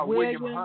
William